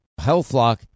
HealthLock